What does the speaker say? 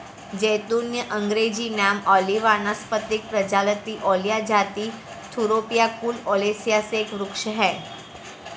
ज़ैतून अँग्रेजी नाम ओलिव वानस्पतिक प्रजाति ओलिया जाति थूरोपिया कुल ओलियेसी एक वृक्ष है